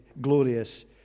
glorious